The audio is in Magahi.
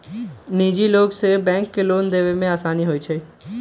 निजी लोग से बैंक के लोन देवे में आसानी हो जाहई